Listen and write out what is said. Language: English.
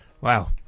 Wow